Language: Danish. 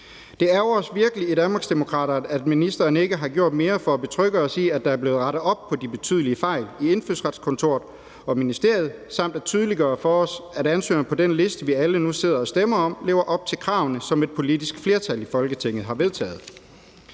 Det ærgrer os virkelig i Danmarksdemokraterne, at ministeren ikke har gjort mere for at betrygge os i, at der er blevet rettet op på de betydelige fejl i Indfødsretskontoret og i ministeriet, eller for at tydeliggøre for os, at ansøgerne på den liste, vi alle nu sidder og stemmer om, lever op til kravene, som et politisk flertal i Folketinget har vedtaget.